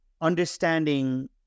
understanding